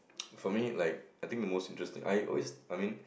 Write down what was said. for me like I think the most interesting I always I mean